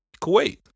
Kuwait